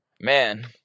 Man